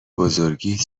بزرگیت